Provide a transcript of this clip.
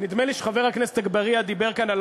נדמה לי שחבר הכנסת אגבאריה דיבר כאן על